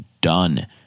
done